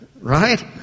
Right